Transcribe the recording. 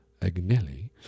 Agnelli